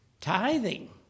tithing